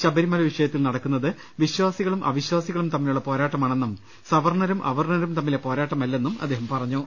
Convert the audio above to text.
ശബരിമല വിഷയത്തിൽ നടക്കുന്നത് വിശ്വാസികളും അവിശ്വാസികളും തമ്മിലുള്ള പോരാട്ട മാണെന്നും സവർണ്ണരും അവർണ്ണരും തമ്മിലുള്ള പോരാട്ടമല്ലെന്നും അദ്ദേഹം പറഞ്ഞു